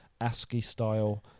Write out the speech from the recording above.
ASCII-style